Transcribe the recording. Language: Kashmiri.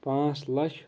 پانٛژھ لَچھ